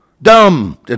Dumb